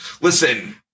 Listen